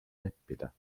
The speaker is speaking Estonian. leppida